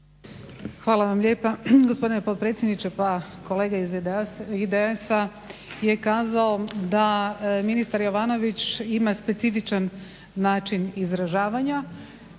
Hvala vam lijepa, gospodine potpredsjedniče. Pa kolega iz IDS-a je kazao da ministar Jovanović ima specifičan način izražavanja